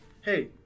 hey